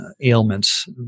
ailments